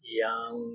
young